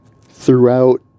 throughout